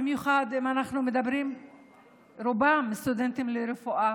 רובם במיוחד סטודנטים לרפואה.